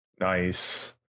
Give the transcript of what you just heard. nice